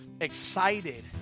excited